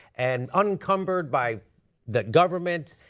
and unencumbered by the government,